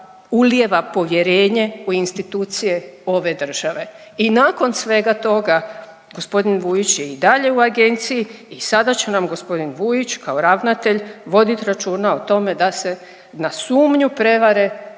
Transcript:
ulijeva povjerenje u institucije ove države. I nakon svega toga gospodin Vujić je i dalje u agenciji i sada će nam gospodin Vujić kao ravnatelj vodit računa o tome da se na sumnju prevare